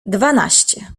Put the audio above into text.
dwanaście